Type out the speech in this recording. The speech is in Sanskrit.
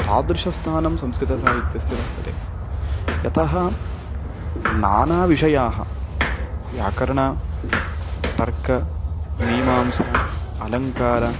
तादृशस्थानं संस्कृतसाहित्यस्य वर्तते यतः नानाविषयाः व्याकरण तर्क मीमांसा अलङ्काराः